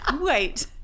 wait